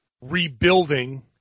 rebuilding